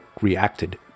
reacted